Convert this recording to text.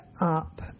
up